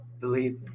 Believe